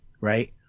right